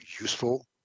useful